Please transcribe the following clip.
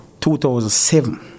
2007